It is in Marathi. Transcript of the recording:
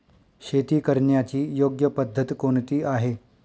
शेती करण्याची योग्य पद्धत कोणती आहे?